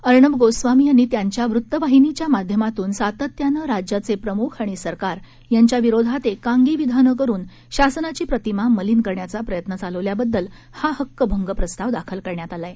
अर्णब गोस्वामी यांनी त्यांच्या वृतवाहिनीच्या माध्यमातून सातत्यानं राज्याचे प्रम्ख आणि सरकार यांच्याविरोधात एकांगी विधानं करून शासनाची प्रतिमा मलिन करण्याचा प्रयत्न चालवल्याबददल हा हक्कभंग प्रस्ताव दाखल करण्यात आला आहे